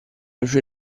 luce